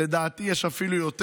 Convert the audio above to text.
לדעתי יש אפילו יותר.